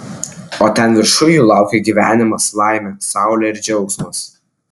o ten viršuj jų laukia gyvenimas laimė saulė ir džiaugsmas